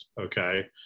okay